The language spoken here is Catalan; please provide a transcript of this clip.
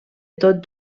tot